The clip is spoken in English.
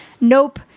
nope